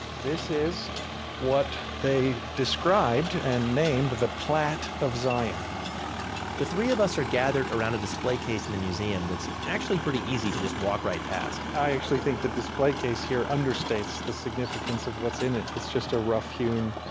this is what they described and named of the plat of zion the three of us are gathered around a display case in the museum that's actually pretty easy to just walk right past. ke i actually think the display case understates the significance of what's in it. it's just a rough hewn.